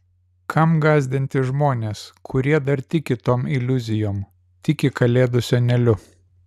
kam gąsdinti žmones kurie dar tiki tom iliuzijom tiki kalėdų seneliu